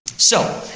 so,